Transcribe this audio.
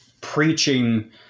preaching